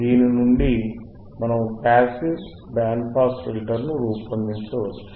దీని నుండి మనము పాసివ్ బ్యాండ్ పాస్ ఫిల్టర్ను రూపొందించవచ్చు